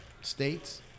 states